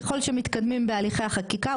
ככל שמתקדמים בהליכי החקיקה,